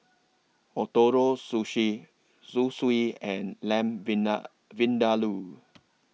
Ootoro Sushi Zosui and Lamb Vinda Vindaloo